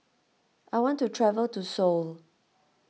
I want to travel to Seoul